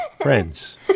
friends